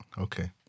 Okay